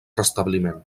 restabliment